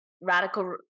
radical